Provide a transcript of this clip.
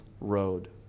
road